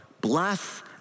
bless